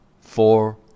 four